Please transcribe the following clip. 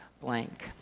blank